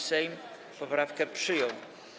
Sejm poprawkę przyjął.